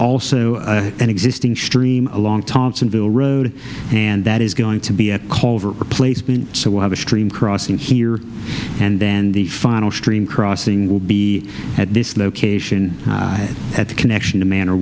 also an existing stream along thompson bill road and that is going to be a culvert replacement so we'll have a stream crossing here and then the final stream crossing will be at this location at the connection of manner